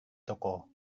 toko